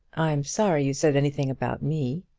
i'm sorry you said anything about me.